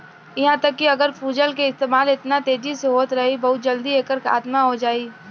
इहा तक कि अगर भूजल के इस्तेमाल एतना तेजी से होत रही बहुत जल्दी एकर खात्मा हो जाई